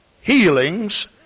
healings